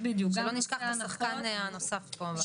שלא נשכח את השחקן הנוסף פה.